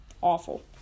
Awful